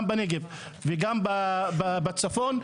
גם בנגב וגם בצפון,